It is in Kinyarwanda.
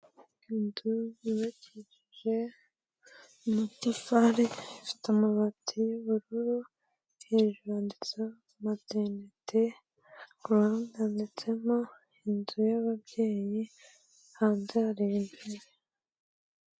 Inzu yubakishije amatafari, ifite amabati y'ubururu, hejuru handitseho materinite, ku ruhande handitseho inzu y'ababyeyi hanze hari....